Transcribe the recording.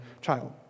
child